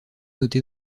notés